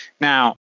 Now